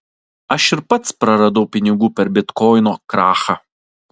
aš ir pats praradau pinigų per bitkoino krachą